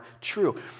true